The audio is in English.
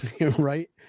right